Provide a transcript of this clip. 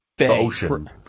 ocean